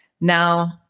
Now